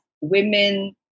women